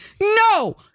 No